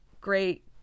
great